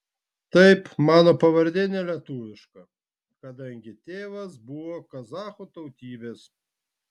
taip mano pavardė ne lietuviška kadangi tėvas buvo kazachų tautybės